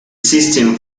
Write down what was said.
system